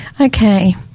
Okay